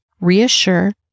Reassure